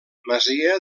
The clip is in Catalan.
masia